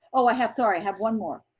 oh i have, sorry, i have one more.